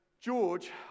George